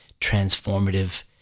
transformative